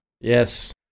Yes